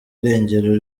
irengero